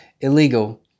illegal